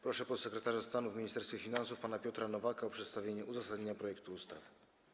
Proszę podsekretarza stanu w Ministerstwie Finansów pana Piotra Nowaka o przedstawienie uzasadnienia projektu ustawy.